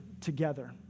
together